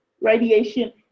radiation